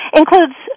includes